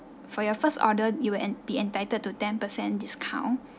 for your first order you will en~ be entitled to ten percent discount